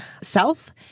self